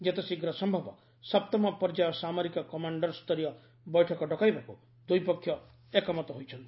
ଯେତେଶୀଘ୍ର ସମ୍ଭବ ସପ୍ତମ ପର୍ଯ୍ୟାୟ ସାମରିକ କମାଶ୍ଡରସ୍ତରୀୟ ବୈଠକ ଡକାଇବାକୁ ଦୁଇପକ୍ଷ ଏକମତ ହୋଇଛନ୍ତି